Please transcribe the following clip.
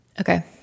Okay